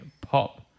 pop